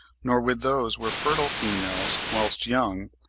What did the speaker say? nor with those where fertile females, whilst young,